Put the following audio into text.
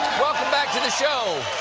welcome back to the show!